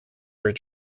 were